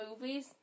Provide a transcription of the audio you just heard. movies